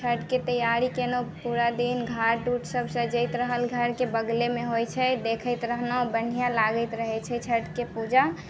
छठिके तैयारी केलहुॅं पूरा दिन घाट उट सभ सजैत रहल घरके बगलेमे होइ छै देखैत रहलहुॅं बढ़िऑं लागैत रहै छै छठिके पूजा